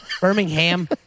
Birmingham